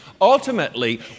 ultimately